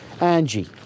Angie